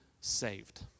saved